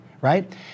right